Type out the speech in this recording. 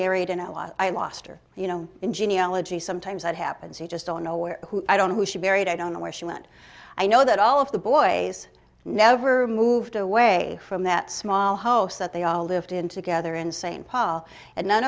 married and i lost her you know in genealogy sometimes that happens you just don't know where i don't know who she buried i don't know where she went i know that all of the boys never moved away from that small house that they all lived in together in st paul and none